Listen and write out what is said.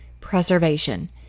preservation